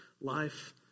life